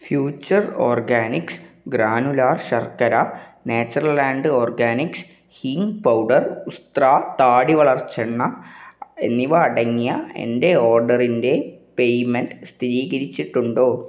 future organics granular ശർക്കര Natureland organics hing powder Ustraa താടി വളർച്ച എണ്ണ എന്നിവ അടങ്ങിയ എന്റെ ഓർഡറിന്റെ പേയ്മെന്റ് സ്ഥിരീകരിച്ചിട്ടുണ്ടോ